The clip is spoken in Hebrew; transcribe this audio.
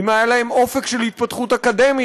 אם היה להם אופק של התפתחות אקדמית,